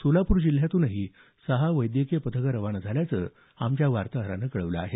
सोलापूर जिल्ह्यातूनही सहा वैद्यकीय पथकं रवाना झाल्याचं आमच्या वार्ताहरानं कळवलं आहे